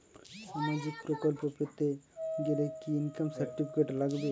সামাজীক প্রকল্প পেতে গেলে কি ইনকাম সার্টিফিকেট লাগবে?